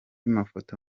mafoto